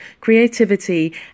creativity